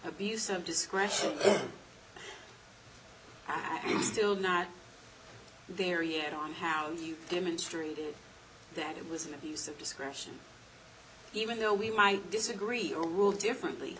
abuse of discretion have you still not there yet on how you demonstrated that it was an abuse of discretion even though we might disagree or rule differently